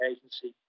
Agency